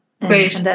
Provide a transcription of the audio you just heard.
great